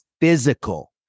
physical